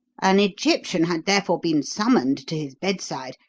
an egyptian had, therefore, been summoned to his bedside,